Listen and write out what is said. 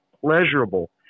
pleasurable